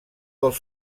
dels